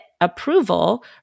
approval